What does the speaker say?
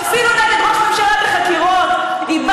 הפכה להיות מפלגה של שחיתות שמקדמת ראש ממשלה עם כתבי אישום.